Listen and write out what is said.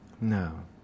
no